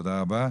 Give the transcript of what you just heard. תודה רבה.